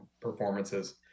performances